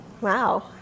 Wow